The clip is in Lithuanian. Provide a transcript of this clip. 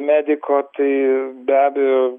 mediko tai be abejo